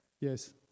Yes